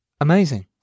Amazing